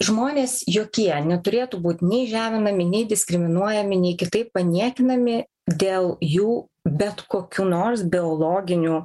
žmonės jokie neturėtų būt nei žeminami nei diskriminuojami nei kitaip paniekinami dėl jų bet kokių nors biologinių